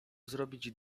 zrobić